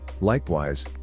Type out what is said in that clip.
likewise